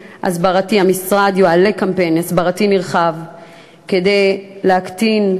המשרד יעלה קמפיין הסברתי נרחב כדי להקטין,